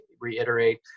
reiterate